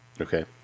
Okay